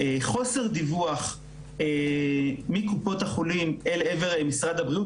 חוסר דיווח מקופות החולים אל עבר משרד הבריאות,